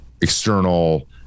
external